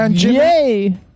Yay